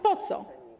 Po co?